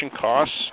costs